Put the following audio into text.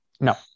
No